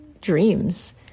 dreams